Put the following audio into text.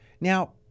Now